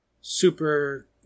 super –